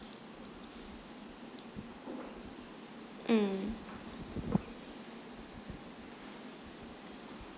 mm